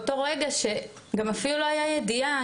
באותו רגע שגם אפילו לא היה ידיעה,